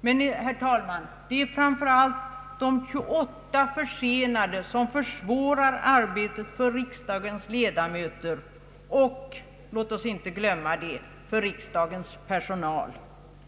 Det är, herr talman, framför allt de 28 försenade propositionerna som försvårar arbetet för riksdagens ledamöter och — låt oss inte glömma det — för riksdagens personal.